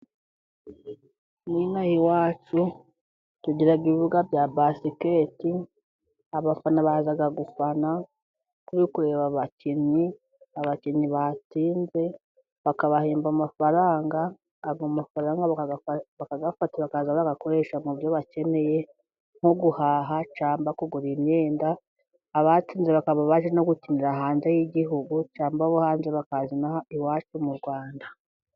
Nino aha iwacu tugira ibibuga bya basikete abafana baza gufana turi kureba abakinnyi ,abakinnyi batsinze bakabahemba amafaranga. Ayo mafaranga bakayafata bakajya barayakoresha mu byo bakeneye nko guhaha cyangwa kugura imyenda .Abatsinze bakaba bajya no gukinira hanze y'igihugu cyangwa abo hanze bakaza iwacu mu Rwanda.